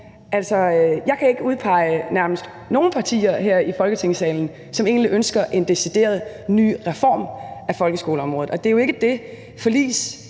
nærmest ikke udpege nogen partier her i Folketingssalen, som egentlig ønsker en decideret ny reform af folkeskoleområdet. Det er jo ikke det,